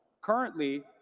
Currently